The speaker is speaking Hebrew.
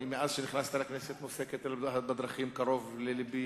ומאז נכנסתי לכנסת נושא הקטל בדרכים קרוב ללבי,